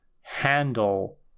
handle